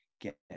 get